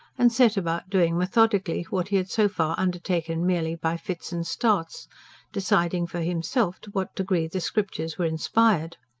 and set about doing methodically what he had so far undertaken merely by fits and starts deciding for himself to what degree the scriptures were inspired.